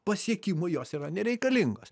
pasiekimui jos yra nereikalingos